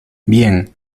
bien